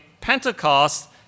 Pentecost